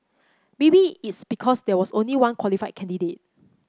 maybe it's because there was only one qualified candidate